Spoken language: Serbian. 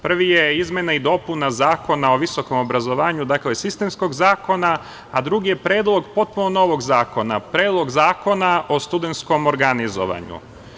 Prvi je izmena i dopuna Zakona o visokom obrazovanju, sistemskog zakona, a drugi je predlog potpuno novog zakona, predlog zakona o studentskom organizovanju.